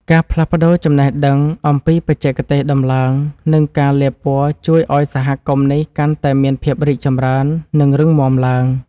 ការផ្លាស់ប្តូរចំណេះដឹងអំពីបច្ចេកទេសដំឡើង និងការលាបពណ៌ជួយឱ្យសហគមន៍នេះកាន់តែមានភាពរីកចម្រើន និងរឹងមាំឡើង។